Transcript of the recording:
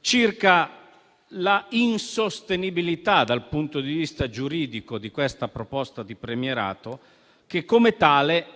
circa l'insostenibilità, dal punto di vista giuridico, di questa proposta di premierato che, come tale,